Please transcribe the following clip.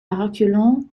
reculons